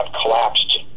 collapsed